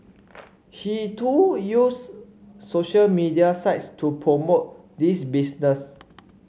he too used social media sites to promote this business